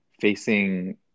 facing